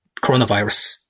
coronavirus